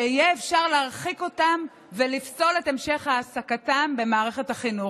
שיהיה אפשר להרחיק אותם ולפסול את המשך העסקתם במערכת החינוך.